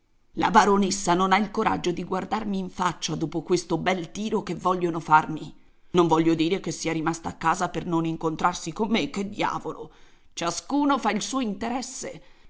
la baronessa non ha il coraggio di guardarmi in faccia dopo questo bel tiro che vogliono farmi non voglio dire che sia rimasta a casa per non incontrarsi con me che diavolo ciascuno fa il suo interesse